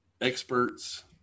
experts